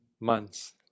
months